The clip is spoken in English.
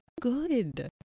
good